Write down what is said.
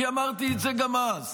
כי אמרתי את זה גם אז,